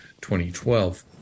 2012